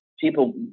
people